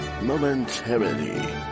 momentarily